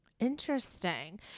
Interesting